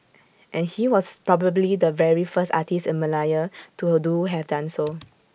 and he was probably the very first artist in Malaya to do have done so